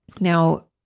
Now